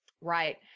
Right